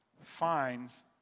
finds